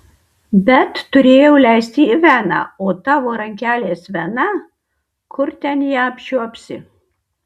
bet turėjau leisti į veną o tavo rankelės vena kur ten ją apčiuopsi